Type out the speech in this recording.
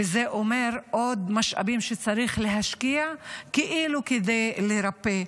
וזה אומר עוד משאבים שצריך להשקיע כאילו כדי לרפא.